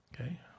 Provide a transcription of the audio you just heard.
Okay